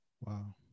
Wow